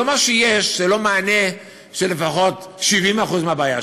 לא שמה שיש זה לא מענה על לפחות 70% מהבעיה,